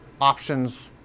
options